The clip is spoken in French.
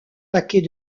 paquet